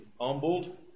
humbled